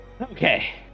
Okay